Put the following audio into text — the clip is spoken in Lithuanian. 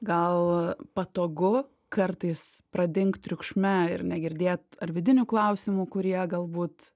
gal patogu kartais pradingt triukšme ir negirdėt ar vidinių klausimų kurie galbūt